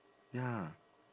ya